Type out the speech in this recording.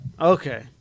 Okay